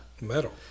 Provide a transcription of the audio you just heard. Metal